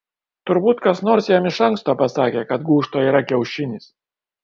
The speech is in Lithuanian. turbūt kas nors jam iš anksto pasakė kad gūžtoje yra kiaušinis